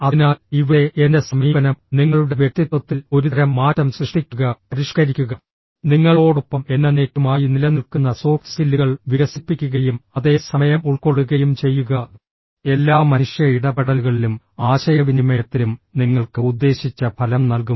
അതിനാൽ ഇവിടെ എന്റെ സമീപനം നിങ്ങളുടെ വ്യക്തിത്വത്തിൽ ഒരുതരം മാറ്റം സൃഷ്ടിക്കുക പരിഷ്ക്കരിക്കുക നിങ്ങളോടൊപ്പം എന്നെന്നേക്കുമായി നിലനിൽക്കുന്ന സോഫ്റ്റ്സ്കില്ലുകൾ വികസിപ്പിക്കുകയും അതേ സമയം ഉൾക്കൊള്ളുകയും ചെയ്യുക എല്ലാ മനുഷ്യ ഇടപെടലുകളിലും ആശയവിനിമയത്തിലും നിങ്ങൾക്ക് ഉദ്ദേശിച്ച ഫലം നൽകും